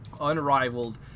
unrivaled